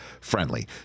friendly